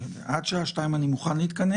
עד השעה 14:00. עד השעה שתיים אני מוכן להתכנס.